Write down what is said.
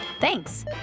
Thanks